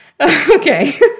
Okay